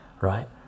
right